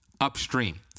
Upstream